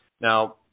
Now